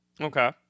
Okay